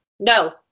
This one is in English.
No